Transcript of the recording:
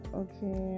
okay